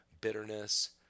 bitterness